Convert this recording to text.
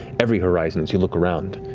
every horizon as you look around.